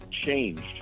changed